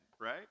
right